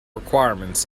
requirements